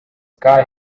sky